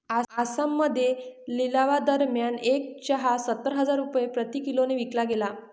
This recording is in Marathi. आसाममध्ये लिलावादरम्यान एक चहा सत्तर हजार रुपये प्रति किलोने विकला गेला